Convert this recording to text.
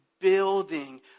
building